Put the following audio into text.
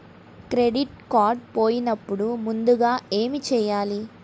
Credit card పోయినపుడు ముందుగా ఏమి చేయాలి?